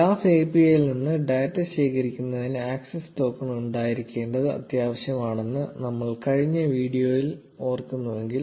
graph API ൽ നിന്ന് data ശേഖരിക്കുന്നതിന് ആക്സസ് ടോക്കൺ ഉണ്ടായിരിക്കേണ്ടത് അത്യാവശ്യമാണെന്ന് നമ്മൾ കഴിഞ്ഞ വീഡിയോയിൽ നിന്ന് ഓർക്കുന്നുവെങ്കിൽ